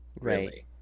right